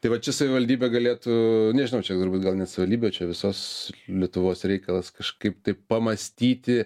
tai va čia savivaldybė galėtų nežinau čia turbūt gal ne savivaldybė čia visos lietuvos reikalas kažkaip tai pamąstyti